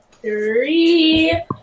Three